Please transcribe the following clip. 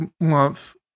month